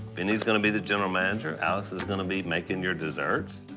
vinnie's gonna be the general manager, alex is gonna be making your desserts.